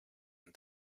and